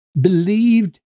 believed